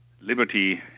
Liberty